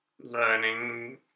learning